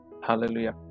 Hallelujah